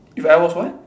if I was what